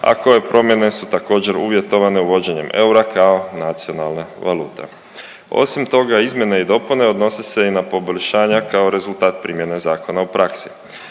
a koje promjene su također uvjetovane uvođenjem eura kao nacionalne valute. Osim toga izmjene i dopune odnose se i na poboljšanja kao rezultat primjene zakona u praksi.